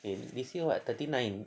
eh this year what thirty nine